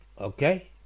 Okay